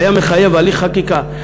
היה מתחייב הליך חקיקה.